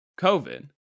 covid